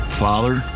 father